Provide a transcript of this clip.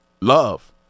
Love